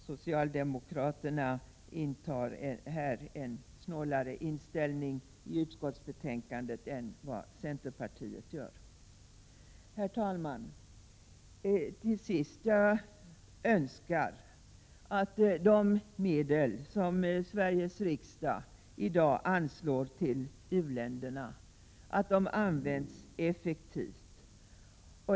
Socialdemokraterna intar i utskottsbetänkandet en snålare inställning än vad centerpartiet gör. Herr talman! Till sist önskar jag att de medel som Sveriges riksdag i dag anslår till u-länderna skall användas effektivt.